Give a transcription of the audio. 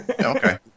okay